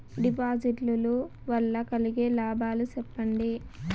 డిపాజిట్లు లు వల్ల కలిగే లాభాలు సెప్పండి?